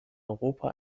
europa